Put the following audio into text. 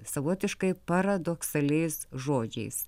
savotiškai paradoksaliais žodžiais